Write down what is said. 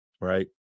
right